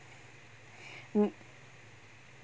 m~